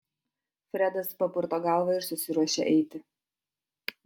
fredas papurto galvą ir susiruošia eiti